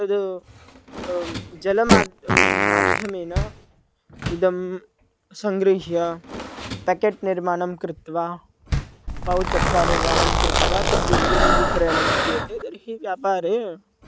तद् जलमाद् माध्यमेन इदं सङ्गृह्य पेकेट् निर्माणं कृत्वा पौच् अथवा निर्माणं कृत्वा तद् यदि विक्रयणं क्रियते तर्हि व्यापारे